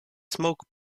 smoke